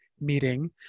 meeting